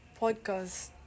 podcast